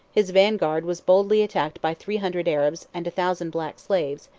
his vanguard was boldly attacked by three hundred arabs and a thousand black slaves,